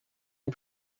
est